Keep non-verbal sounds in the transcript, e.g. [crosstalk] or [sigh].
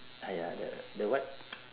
!aiya! the the what [noise]